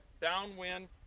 downwind